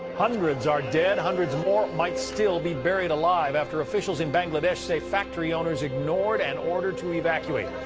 hundreds are dead, hundreds more might still be buried alive, after officials in bangladesh say factory owners ignored an order to evacuate.